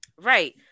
Right